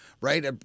right